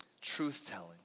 truth-telling